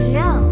no